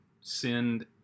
send